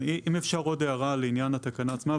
אם אפשר עוד הערה לעניין התקנה עצמה,